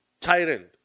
tyrant